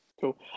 Cool